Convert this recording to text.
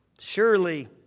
surely